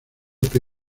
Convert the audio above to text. que